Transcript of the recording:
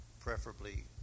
preferably